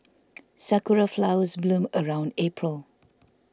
sakura flowers bloom around April